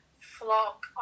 flock